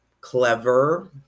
clever